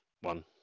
one